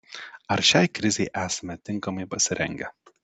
ar šiai krizei esame tinkamai pasirengę